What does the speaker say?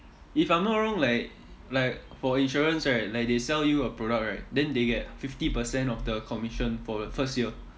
if I'm not wrong like like for insurance right like they sell you a product right then they get fifty percent of the commission for the first year